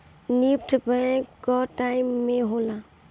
NEFT bank कअ time में होला